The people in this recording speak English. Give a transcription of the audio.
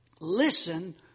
listen